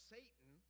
Satan